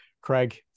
Craig